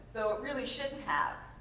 though it really shouldn't have.